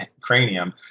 cranium